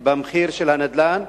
במחיר של הנדל"ן.